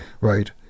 Right